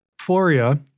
Floria